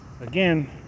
again